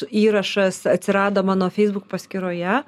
įrašas atsirado mano facebook paskyroje